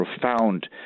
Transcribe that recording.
profound